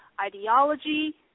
ideology